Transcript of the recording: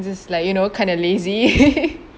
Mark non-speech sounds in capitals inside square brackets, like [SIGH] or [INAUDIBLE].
this like you know kind of lazy [LAUGHS]